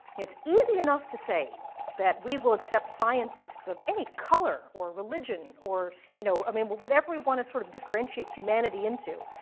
it's easy enough to say that we will accept scientists of any color or religion, you know i mean but whatever we want to sort of differentiate humanity into,